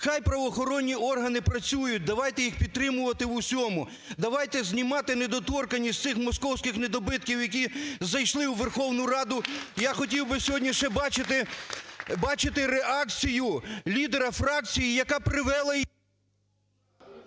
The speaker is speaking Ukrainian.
Хай правоохоронні органи працюють. Давайте їх підтримувати в усьому. Давайте знімати недоторканність з цих московських недобитків, які зайшли у Верховну Раду. Я хотів би сьогодні ще бачити реакцію лідера фракції, яка привела…